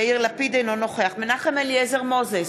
אינו נוכח מנחם אליעזר מוזס,